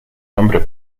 nombre